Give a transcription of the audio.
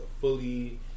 fully